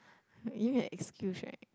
you need an excuse right